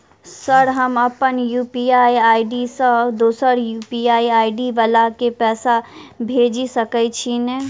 Sir हम अप्पन UPI ID सँ दोसर यु.पी.आई आई.डी वला केँ पैसा भेजि सकै छी नै?